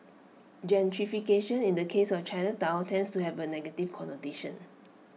gentrification in the case of Chinatown tends to have A negative connotation